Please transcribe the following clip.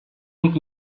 nik